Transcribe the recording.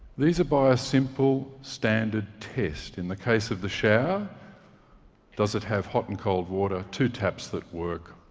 these are by a simple, standard test. in the case of the shower does it have hot and cold water, two taps that work,